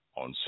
on